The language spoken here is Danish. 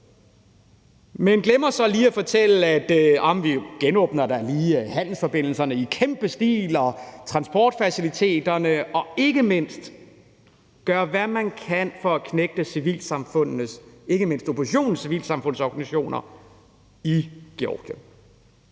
han glemmer så lige at fortælle, at de da lige genåbner handelsforbindelserne i kæmpe stil og transportfaciliteterne og ikke mindst gør, hvad de kan, for at knægte ikke mindst oppositionens civilsamfundsorganisationer i Georgien.